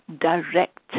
direct